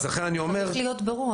ולכן אני אומר --- זה צריך להיות ברור,